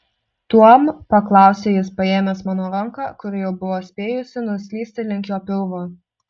tuom paklausė jis paėmęs mano ranką kuri jau buvo spėjusi nuslysti link jo pilvo